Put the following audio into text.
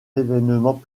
événement